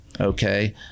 okay